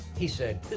he said,